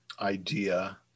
idea